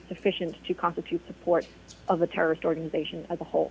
sufficient to constitute support of a terrorist organization as a whole